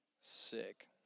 Sick